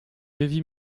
heavy